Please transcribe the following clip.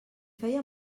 feia